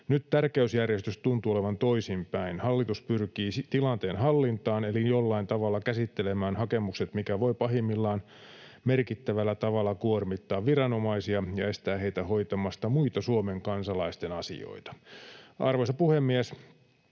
Nyt tärkeysjärjestys tuntuu olevan toisinpäin: hallitus pyrkii tilanteen hallintaan eli jollain tavalla käsittelemään hakemukset, mikä voi pahimmillaan merkittävällä tavalla kuormittaa viranomaisia ja estää heitä hoitamasta muita Suomen kansalaisten asioita. Arvoisa puhemies!